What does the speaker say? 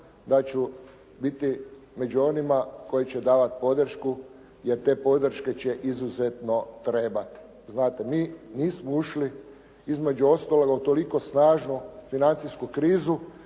da ću biti među onima koji će davati podršku jer te podrške će izuzetno trebati. Znate, mi nismo ušli između ostaloga u toliko snažnu financijsku krizu